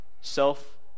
self